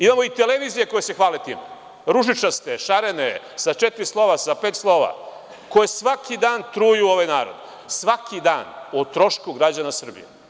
Imamo i televizije koje se hvale time, ružičaste, šarene, sa četiri slova, sa pet slova, koje svaki dan truju ovaj narod, svaki dan, o trošku građana Srbije.